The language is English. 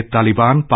Taliban